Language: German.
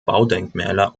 baudenkmäler